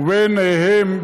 וביניהם,